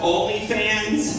OnlyFans